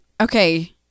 okay